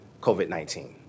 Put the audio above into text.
COVID-19